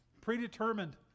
predetermined